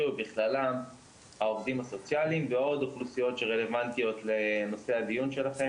ובכללם העובדים הסוציאליים ועוד אוכלוסיות שרלוונטיות לנושא הדיון שלכם.